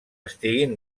estiguin